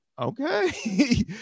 Okay